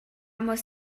muss